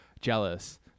jealous